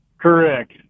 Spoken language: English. Correct